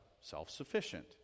self-sufficient